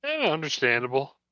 understandable